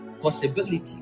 possibility